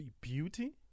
beauty